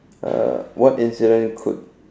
uh what incident could